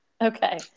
Okay